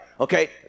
Okay